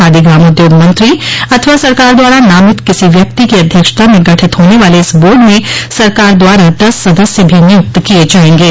खादी ग्रामोद्योग मंत्री अथवा सरकार द्वारा नामित किसी व्यक्ति की अध्यक्षता में गठित होने वाले इस बोर्ड में सरकार द्वारा दस सदस्य भी नियूक्त किये जायेंगे